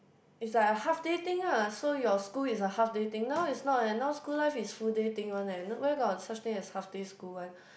is like a half day thing ah so your school is a half day thing now is not eh now school life is full day thing one eh where got such thing as half day school one